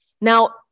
Now